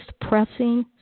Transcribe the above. pressing